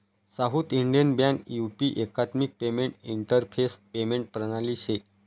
south Indian bank U P एकात्मिक payment interface payment प्रणाली शे